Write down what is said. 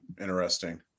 Interesting